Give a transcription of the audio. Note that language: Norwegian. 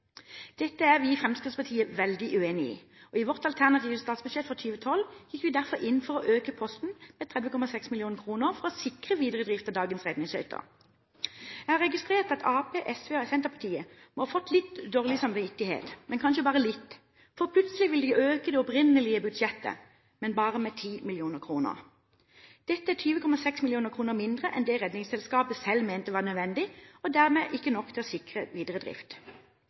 Dette er vi i Fremskrittspartiet veldig uenig i, og i vårt alternative statsbudsjett for 2012 gikk vi derfor inn for å øke posten med 30,6 mill. kr for å sikre videre drift av dagens redningsskøyter. Jeg har registrert at Arbeiderpartiet, SV og Senterpartiet må ha fått litt dårlig samvittighet, men kanskje bare litt, for plutselig vil de øke det opprinnelige budsjettet, men bare med 10 mill. kr. Dette er 20,6 mill. kr mindre enn det Redningsselskapet selv mente var nødvendig, og er dermed ikke nok til å sikre videre drift.